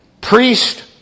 Priest